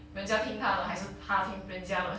人家听她的还是她听人家的